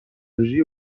انرژی